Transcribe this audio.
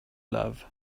love